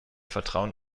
vertrauen